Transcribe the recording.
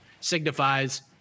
signifies